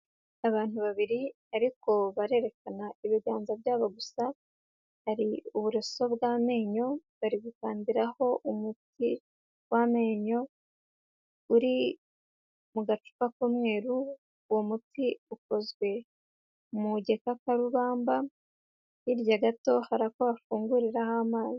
Abantu babiri ariko barerekana ibiganza byabo gusa, hari uburoso bw'amenyo, bari gukandiraho umuti w'amenyo, uri mu gacupa k'umweru, uwo muti ukozwe mu gikakarubamba, hirya gato hari ako bafunguriraho amazi.